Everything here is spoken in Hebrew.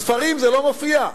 בספרים זה לא מופיע.